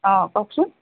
অ কওকচোন